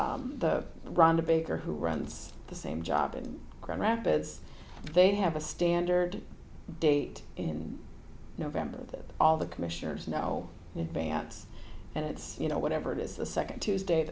the rhonda baker who runs the same job in grand rapids they have a standard date in november that all the commissioners know in advance and it's you know whatever it is the second tuesday